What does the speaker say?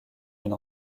une